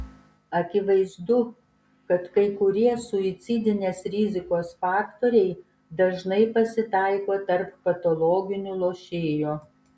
akivaizdu kad kai kurie suicidinės rizikos faktoriai dažnai pasitaiko tarp patologinių lošėjų